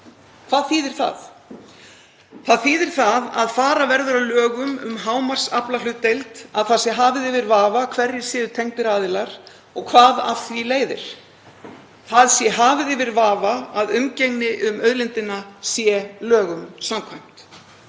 Hvað þýðir það? Það þýðir að fara verður að lögum um hámarksaflahlutdeild, að það sé hafið yfir vafa hverjir séu tengdir aðilar og hvað af því leiðir, að það sé hafið yfir vafa að umgengni um auðlindina sé lögum samkvæmt.